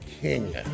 king